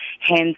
hence